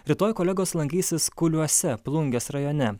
rytoj kolegos lankysis kuliuose plungės rajone